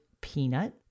peanut